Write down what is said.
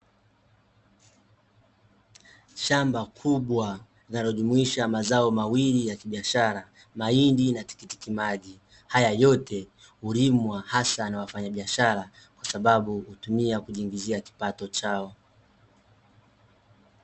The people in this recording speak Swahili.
Shamba kubwa linalojumuisha mazao mawili ya kibiashara mahindi na tikiti maji. Haya yote hulimwa hasa na wafanyabiashara, kwasababu hutumia kujiingizia kipato chao.